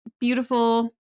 beautiful